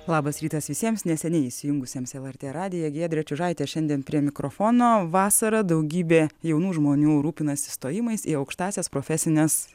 labas rytas visiems neseniai įsijungusiems lrt radiją giedrė čiužaitė šiandien prie mikrofono vasarą daugybė jaunų žmonių rūpinasi įstojimais į aukštąsias profesines